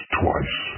twice